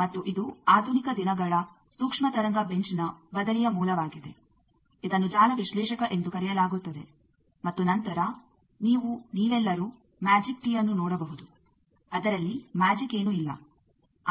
ಮತ್ತು ಇದು ಆಧುನಿಕ ದಿನಗಳ ಸೂಕ್ಷ್ಮ ತರಂಗ ಬೆಂಚ್ನ ಬದಲಿಯ ಮೂಲವಾಗಿದೆ ಇದನ್ನು ಜಾಲ ವಿಶ್ಲೇಷಕ ಎಂದು ಕರೆಯಲಾಗುತ್ತದೆ ಮತ್ತು ನಂತರ ನೀವು ನೀವೆಲ್ಲರೂ ಮ್ಯಾಜಿಕ್ ಟೀಅನ್ನು ನೋಡಬಹುದು ಅದರಲ್ಲಿ ಮ್ಯಾಜಿಕ್ ಏನೂ ಇಲ್ಲ